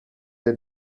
they